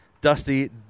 Dusty